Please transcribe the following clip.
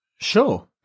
Sure